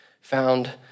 found